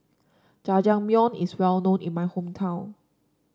jajangmyeon is well known in my hometown